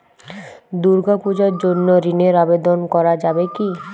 দুর্গাপূজার জন্য ঋণের আবেদন করা যাবে কি?